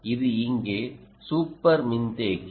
இது இங்கே சூப்பர் மின்தேக்கி